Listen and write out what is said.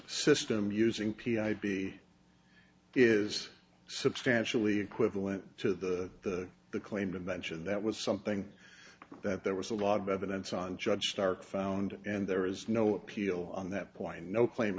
system using p i b is substantially equivalent to the claimed invention that was something that there was a lot of evidence on judge stark found and there is no appeal on that point no claim